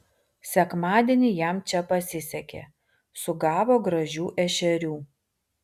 sekmadienį jam čia pasisekė sugavo gražių ešerių